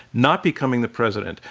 not becoming the president,